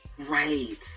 right